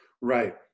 Right